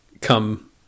come